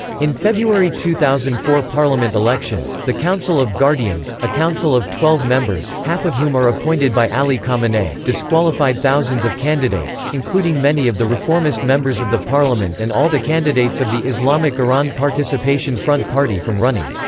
in february two thousand and four parliament elections, the council of guardians, a council of twelve members, half of whom are appointed by ali khamenei, disqualified thousands of candidates, including many of the reformist members of the parliament and all the candidates of the islamic iran participation front party from running.